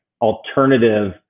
alternative